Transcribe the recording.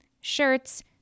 shirts